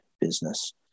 business